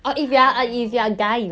I don't know